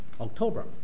October